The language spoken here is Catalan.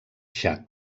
txad